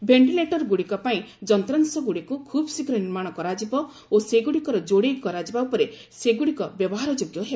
ଭେଷ୍ଟିଲେଟର୍ଗୁଡ଼ିକ ପାଇଁ ଯନ୍ତାଂଶଗୁଡ଼ିକୁ ଖୁବ୍ ଶୀଘ୍ର ନିର୍ମାଣ କରାଯିବ ଓ ସେଗୁଡ଼ିକର ଯୋଡ଼େଇ କରାଯିବା ପରେ ସେଗୁଡ଼ିକ ବ୍ୟବହାରଯୋଗ୍ୟ ହେବ